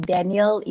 Daniel